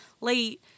late